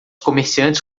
comerciantes